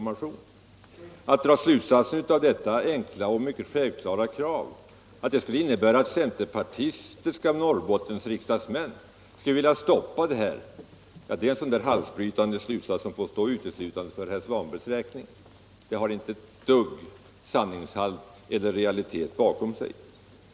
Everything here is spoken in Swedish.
Att av detta enkla och mycket självklara krav dra slutsatsen att centerpartistiska Norrbottensriksdagsmän skulle vilja stoppa projektet är en halsbrytande slutsats som får stå uteslutande för herr Svanbergs räkning. Den har inte ett dugg sanningshalt eller realitet bakom sig.